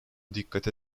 dikkate